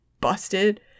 busted